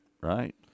Right